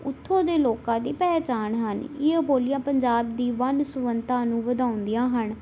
ਉੱਥੋਂ ਦੇ ਲੋਕਾਂ ਦੀ ਪਹਿਚਾਣ ਹਨ ਇਹ ਬੋਲੀਆਂ ਪੰਜਾਬ ਦੀ ਵੰਨ ਸੁਵੰਨਤਾ ਨੂੰ ਵਧਾਉਂਦੀਆਂ ਹਨ